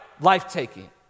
Life-taking